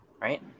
right